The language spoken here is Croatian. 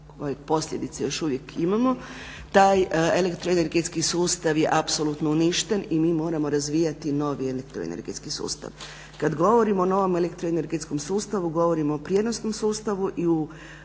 koje posljedice još uvijek imamo, taj elektroenergetski sustav je apsolutno uništen i mi moramo razvijati novi elektroenergetski sustav. Kada govorimo o novom elektroenergetskom sustavu govorimo o prijenosnom sustavu i u